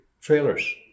trailers